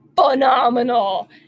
phenomenal